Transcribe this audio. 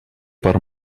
per